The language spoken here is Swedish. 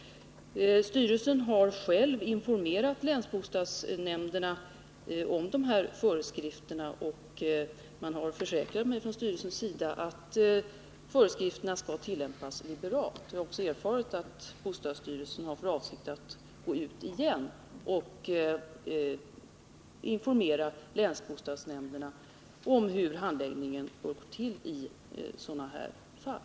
Styrelsen har själv informerat länsbostadsnämnderna om denna föreskrift, och man har från bostadsstyrelsen försäkrat mig om att föreskrifterna skall tillämpas liberalt. Jag har också erfarit att bostadstyrelsen har för avsikt att återigen gå ut med information till länsbostadsnämnderna om hur handläggningen skall gå till i sådana här fall.